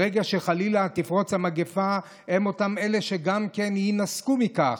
ברגע שחלילה תפרוץ המגפה, הם אלה שגם יינזקו מכך.